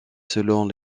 selon